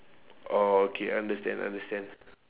oh okay I understand understand